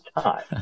time